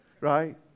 right